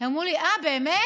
הם אמרו לי: באמת?